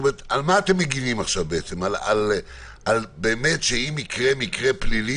ומוצא אותו באמצע עסקת סמים או באמצע רצח או לא יודע מה,